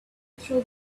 throw